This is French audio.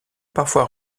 parfois